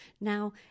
Now